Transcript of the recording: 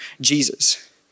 Jesus